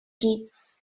diez